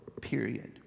period